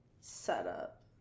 setup